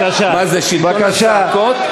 מה זה, שלטון לצעקות?